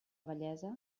vellesa